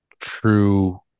true